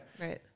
Right